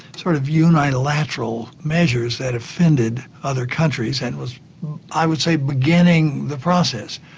sort of unilateral measures that offended other countries, and was i would say, beginning the process.